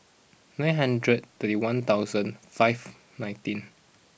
nine hundred thirty one thousand five nineteen